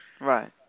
Right